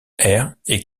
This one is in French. est